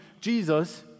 Jesus